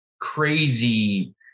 crazy